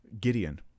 Gideon